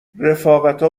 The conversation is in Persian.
رفاقتا